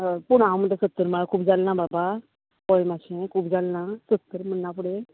हय पूण हांव म्हण्टा सत्तर म्हळ्यार खूब जालना बाबा पळय मातशें खूब जालना सत्तर म्हणना फुडें